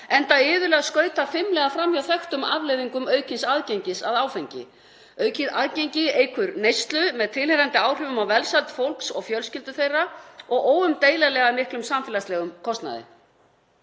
enda iðulega skautað fimlega fram hjá þekktum afleiðingum aukins aðgengis að áfengi. Aukið aðgengi eykur neyslu með tilheyrandi áhrifum á velsæld fólks og fjölskyldur þeirra og veldur óumdeilanlega miklum samfélagslegum kostnaði.